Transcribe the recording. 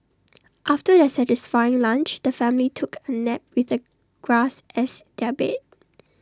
after their satisfying lunch the family took A nap with the grass as their bed